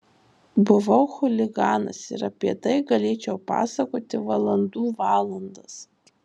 buvau chuliganas ir apie tai galėčiau pasakoti valandų valandas